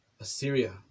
Assyria